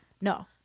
no